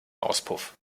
auspuff